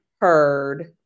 heard